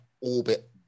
orbit